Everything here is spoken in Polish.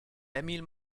emil